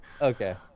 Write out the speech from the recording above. Okay